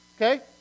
okay